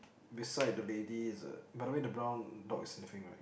beside the lady there's a by the way there brown box that thing right